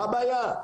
מה הבעיה,